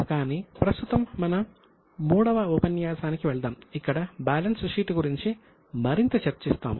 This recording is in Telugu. కానీ ప్రస్తుతం మన 3వ ఉపన్యాసానికి వెళ్దాం ఇక్కడ బ్యాలెన్స్ షీట్ గురించి మరింత చర్చిస్తాము